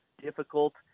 difficult